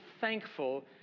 thankful